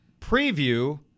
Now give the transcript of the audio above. preview